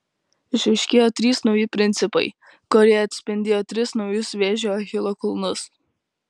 išaiškėjo trys nauji principai kurie atspindėjo tris naujus vėžio achilo kulnus